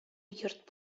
йорт